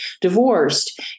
divorced